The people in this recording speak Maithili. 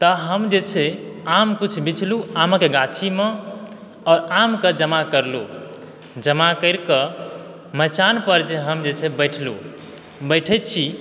तऽ हम जे छै आम कुछ बिछलूँ आमक गाछीमऽ आओर आमके जमा करलूँ जमा कैरकऽ मचानपर जे हम जे छै बैठलूँ बैठै छी